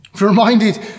Reminded